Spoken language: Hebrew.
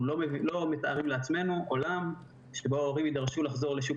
אנחנו לא מתארים לעצמנו עולם שבו ההורים יידרשו לחזור לשוק